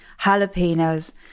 jalapenos